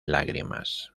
lágrimas